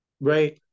Right